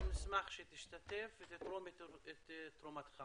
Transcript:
ונשמח שתשתתף ותתרום את תרומתך.